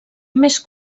més